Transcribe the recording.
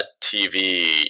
TV